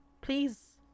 Please